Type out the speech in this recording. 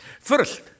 First